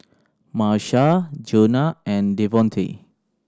Marsha Jonah and Devontae